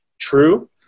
true